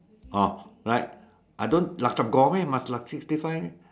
oh right I don't hokkien meh must like sixty five meh